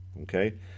okay